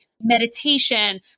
meditation